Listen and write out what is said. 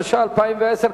התש"ע 2010,